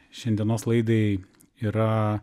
šiandienos laidai yra